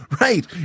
right